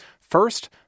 First